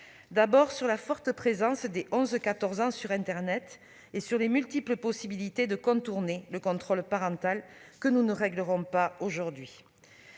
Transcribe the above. d'abord sur la forte présence des 11-14 ans sur internet et sur les multiples possibilités de contourner le contrôle parental- nous ne réglerons pas cela aujourd'hui